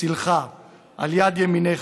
צלך על יד ימינך.